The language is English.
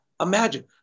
imagine